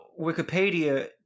Wikipedia